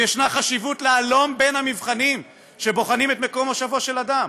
וישנה חשיבות להלום בין המבחנים שבוחנים את מקום מושבו של אדם.